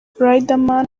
riderman